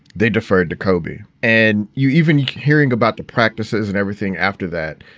they deferred to kobe. and you even hearing about the practices and everything after that,